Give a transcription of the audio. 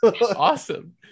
Awesome